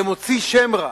למוציא שם רע.